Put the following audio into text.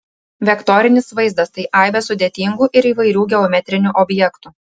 vektorinis vaizdas tai aibė sudėtingų ir įvairių geometrinių objektų